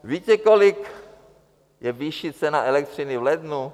Víte, kolik je výše ceny elektřiny v lednu?